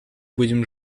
будем